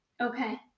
Okay